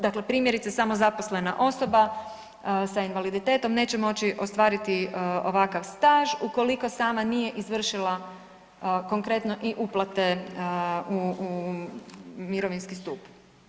Dakle, primjerice samozaposlena osoba sa invaliditetom neće moći ostvariti ovakav staž ukoliko sama nije izvršila konkretno i uplate u mirovinski stup.